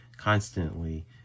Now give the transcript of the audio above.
constantly